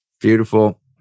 Beautiful